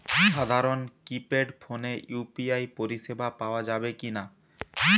সাধারণ কিপেড ফোনে ইউ.পি.আই পরিসেবা পাওয়া যাবে কিনা?